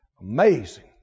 Amazing